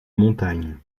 montagne